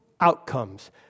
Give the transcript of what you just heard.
outcomes